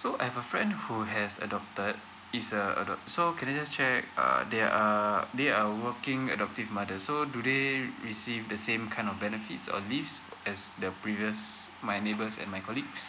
so I have a friend who has adopted is uh so can I just check uh they are they are working adoptive mothers so do they receive the same kind of benefits of leaves as the previous my neighbours and my colleagues